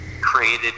created